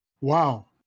Wow